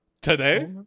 Today